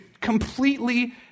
completely